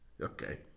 Okay